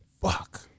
fuck